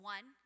One